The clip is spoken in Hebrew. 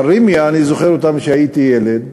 אבל ראמיה, אני זוכר אותה משהייתי ילד.